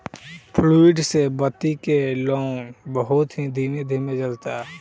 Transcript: fluid से बत्ती के लौं बहुत ही धीमे धीमे जलता